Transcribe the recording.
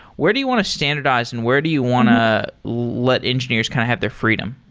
where do you want to standardize and where do you want to let engineers kind of have their freedom?